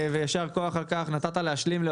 יישר כוח על כך שנתת ביום ראשון להשלים את הדיון